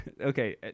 okay